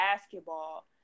basketball